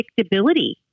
predictability